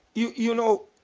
you you know,